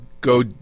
go